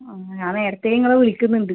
ആ ഞാൻ നേരത്തെ നിങ്ങളെ വിളിക്കുന്നുണ്ട്